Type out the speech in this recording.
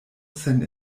sen